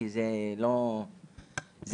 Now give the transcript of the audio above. כי זה לא לעניין.